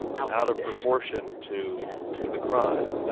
out of proportion to yeah to the crime ah